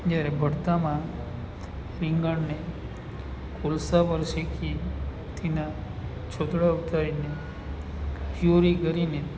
જ્યારે ભરતામાં રીંગણને કોલસા પર શેકી તેના છોતરા ઉતારીને ફ્યુરી કરીને